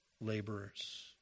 laborers